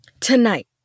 Tonight